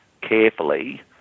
carefully